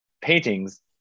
paintings